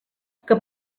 que